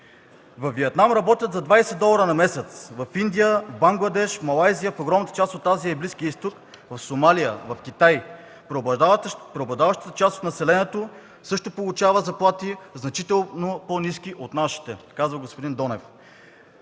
Виетнам работят за 20 долара на месец. В Индия, Бангладеш, Малайзия, в огромната част от Азия и Близкия изток, в Сомалия, в Китай преобладаващата част от населението също получава заплати, значително по-ниски от нашите” – казва господин Донев.